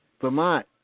Vermont